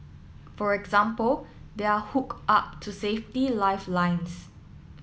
for example they are hooked up to safety lifelines